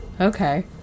Okay